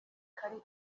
kari